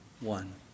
one